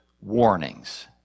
warnings